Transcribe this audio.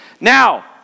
now